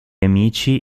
amici